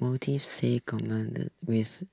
motive says with